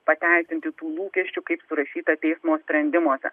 pateisinti tų lūkesčių kaip parašyta teismo sprendimuose